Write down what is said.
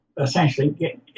essentially